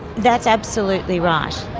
that's absolutely right.